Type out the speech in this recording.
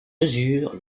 mesure